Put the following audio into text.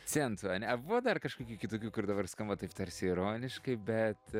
centų ane a buvo dar kažkokių kitokių kur dabar skamba taip tarsi ironiškai bet